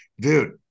dude